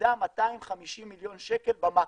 מפסידה 250 מיליון שקל במקרו.